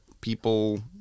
people